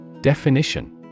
Definition